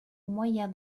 moyen